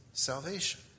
Salvation